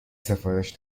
سفارش